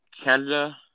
Canada